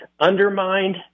undermined